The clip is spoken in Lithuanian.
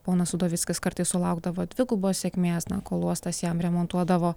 ponas udovickas kartais sulaukdavo dvigubos sėkmės na kol uostas jam remontuodavo